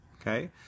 Okay